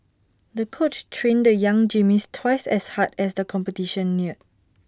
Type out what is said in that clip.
the coach trained the young gymnast twice as hard as the competition neared